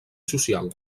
social